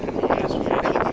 hmm that's weird